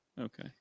okay